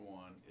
one